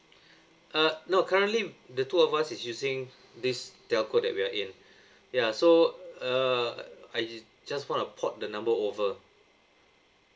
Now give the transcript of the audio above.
uh no currently the two of us is using this telco that we're in ya so uh I just wanna port the number over